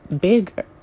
bigger